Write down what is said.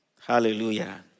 Hallelujah